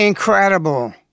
incredible